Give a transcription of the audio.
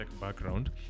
background